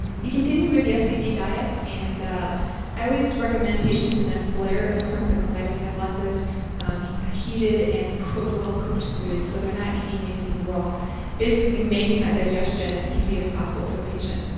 he continue with the scd diet and i was to recommend patients in a flare of crohn's and colitis have lots of ah heated and well-cooked food, so they're not eating anything raw basically making that digestion as easy as possible for the patient,